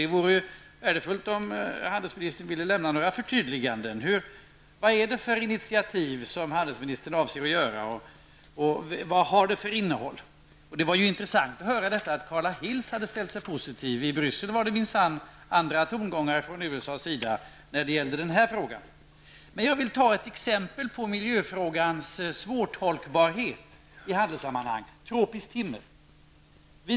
Det vore därför värdefullt om utrikeshandelsministern ville göra ett förtydligande. Vad är det för initiativ som utrikeshandelsministern avser att ta och vilket innehåll är det fråga om? Det var intressant att höra att Carla Hills hade ställt sig positiv. I Bryssel var det minsann andra tongångar från USAs sida när det gällde den här frågan. Jag vill emellertid ta ett exempel på miljöfrågans svårtolkbarhet i handelssammanhang -- tropiskt timmer.